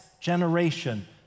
generation